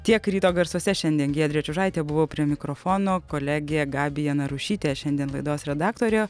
tiek ryto garsuose šiandien giedrė čiužaitė buvau prie mikrofono kolegė gabija narušytė šiandien laidos redaktorė